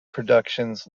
productions